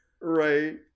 Right